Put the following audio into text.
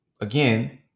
again